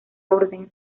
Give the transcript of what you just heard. orden